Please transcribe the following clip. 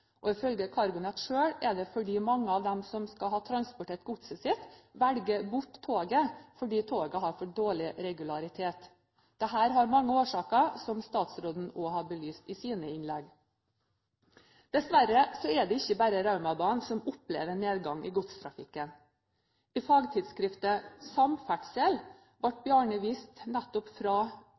Ifølge CargoNet selv er det fordi mange at dem som skal ha transportert godset sitt, velger bort toget fordi toget har for dårlig regularitet. Dette har mange årsaker, som statsråden også har belyst i sine innlegg. Dessverre er det ikke bare Raumabanen som opplever nedgang i godstrafikken. I fagtidsskriftet Samferdsel ble Bjarne Wist, nettopp fra